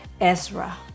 Ezra